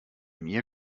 mir